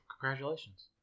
Congratulations